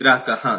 ಗ್ರಾಹಕ ಹಾಂ